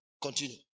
Continue